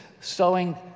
sowing